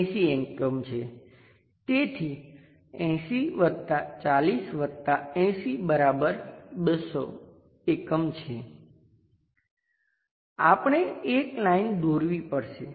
તેથી 80 વત્તા 40 વત્તા 80 બરાબર 200 એકમ છે આપણે એક લાઈન દોરવી પડશે